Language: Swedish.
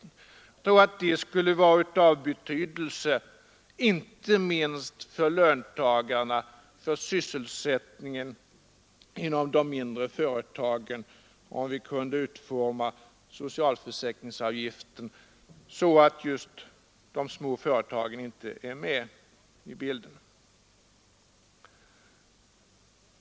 Jag tror att det skulle vara av betydelse inte minst för löntagarna och för sysselsättningen inom de mindre företagen, om vi kunde utforma socialförsäkringsavgiften så att just de små företagen inte kommer med i bilden.